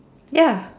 ya